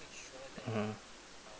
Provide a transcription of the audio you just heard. mmhmm